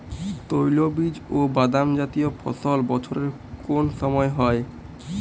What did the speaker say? তৈলবীজ ও বাদামজাতীয় ফসল বছরের কোন সময় হয়?